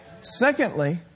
Secondly